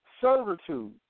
servitude